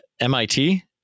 MIT